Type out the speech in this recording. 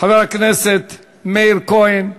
חבר הכנסת מאיר כהן,